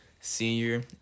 senior